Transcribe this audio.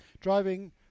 driving